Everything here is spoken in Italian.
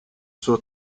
suo